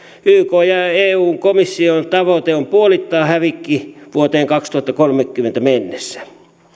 ykn ja ja eun komission tavoite on puolittaa hävikki vuoteen kaksituhattakolmekymmentä mennessä